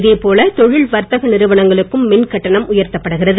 இதே போல தொழில் வர்த்தக நிறுவனங்களுக்கும் மின் கட்டணம் உயர்த்தப் படுகிறது